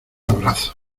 abrazo